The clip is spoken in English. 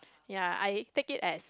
ya I take it as